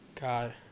God